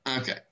Okay